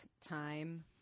time